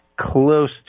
close